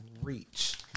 reach